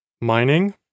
Mining